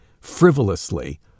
frivolously